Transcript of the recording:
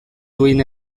duin